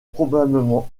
probablement